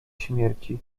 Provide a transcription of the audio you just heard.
śmierci